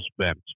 spent